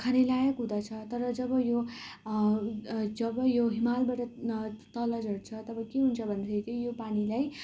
खानेलायक हुँदछ तर जब यो जब यो हिमालबाट तल झर्छ तब के हुन्छ भन्दाखेरि त्यही यो पानीलाई